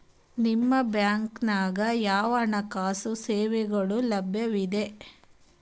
ನಿಮ ಬ್ಯಾಂಕ ದಾಗ ಯಾವ ಹಣಕಾಸು ಸೇವೆಗಳು ಲಭ್ಯವಿದೆ?